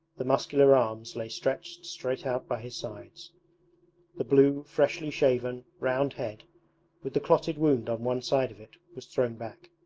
the muscular arms lay stretched straight out by his sides the blue, freshly shaven, round head with the clotted wound on one side of it was thrown back.